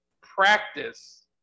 practice